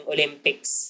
Olympics